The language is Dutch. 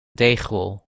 deegrol